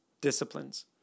disciplines